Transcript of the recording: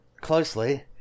closely